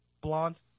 Blonde